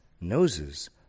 Noses